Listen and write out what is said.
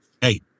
Hey